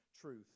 truth